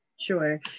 Sure